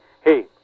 hey